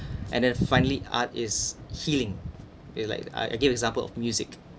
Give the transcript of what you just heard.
and then finally art is healing is like I I give example of music